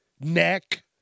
neck